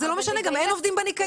זה לא משנה, גם אין עובדים בניקיון.